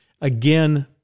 again